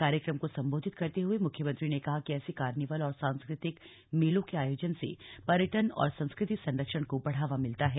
कार्यक्रम को संबोधित करते हुए मुख्यमंत्री ने कहा कि ऐसे कार्निवल और सांस्कृतिक मेलों के आयोजन से पर्यटन और संस्कृति संरक्षण को बढ़ावा मिलता है